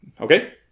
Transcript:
Okay